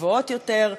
גבוהות יותר,